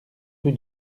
rue